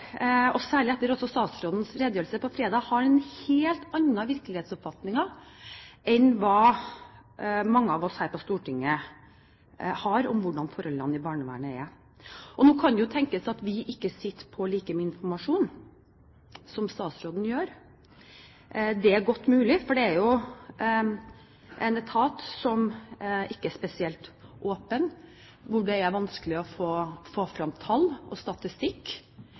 en helt annen virkelighetsoppfatning enn mange av oss her på Stortinget av forholdene i barnevernet. Nå kan det jo tenkes at vi ikke sitter på like mye informasjon som statsråden gjør. Det er godt mulig, for det er jo en etat som ikke er spesielt åpen, og det er vanskelig å få frem tall og statistikk